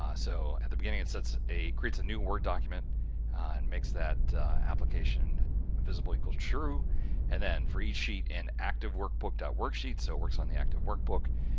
ah so at the beginning it's it's a creates a new word document and makes that application visible equals true and then for each sheet in active workbook dot worksheet. so it works on the active workbook.